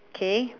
okay